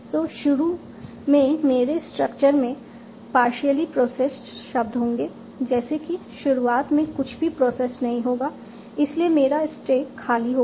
तो शुरू में मेरे स्ट्रक्चर में पार्शियली प्रोसैस्ड शब्द होंगे जैसा कि शुरुआत में कुछ भी प्रोसैस्ड नहीं होगा इसलिए मेरा स्टैक खाली होगा